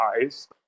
eyes